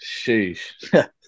Sheesh